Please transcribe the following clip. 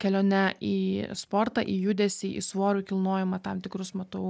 kelione į sportą į judesį į svorių kilnojimą tam tikrus matau